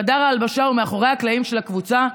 חדר ההלבשה הוא מאחורי הקלעים של הקבוצה.